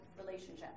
relationship